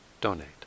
donate